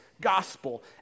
gospel